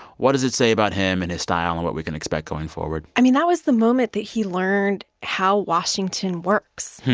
what does it say about him and his style and what we can expect going forward? i mean, that was the moment that he learned how washington works,